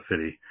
City